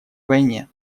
войне